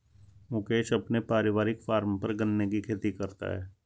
मुकेश अपने पारिवारिक फॉर्म पर गन्ने की खेती करता है